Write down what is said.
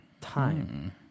Time